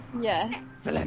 Yes